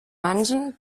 manchem